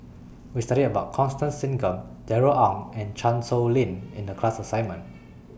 We studied about Constance Singam Darrell Ang and Chan Sow Lin in The class assignment